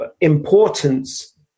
importance